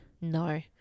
No